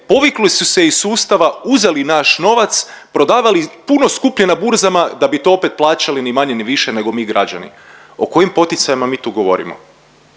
povukli su se iz sustava, uzeli naš novac, prodavali puno skuplje na burzama da bi to opet plaćali ni manje ni više nego mi građani. O kojim poticajima mi tu govorimo?